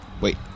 Wait